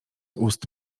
ust